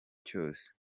cyose